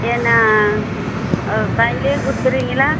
என்ன கையிலயே கொடுத்துருவிங்களா